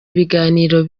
ibiganiro